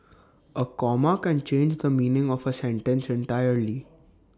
A comma can change the meaning of A sentence entirely